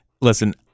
listen